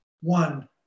one